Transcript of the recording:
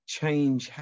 change